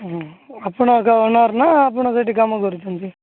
ହଁ ଆପଣ ଏକା ଓନର୍ ନା ଆପଣ ସେଇଠି କାମ କରୁଛନ୍ତି